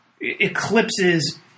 eclipses